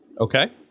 Okay